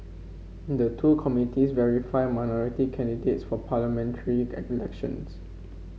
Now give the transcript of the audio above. the two committees verify minority candidates for parliamentary elections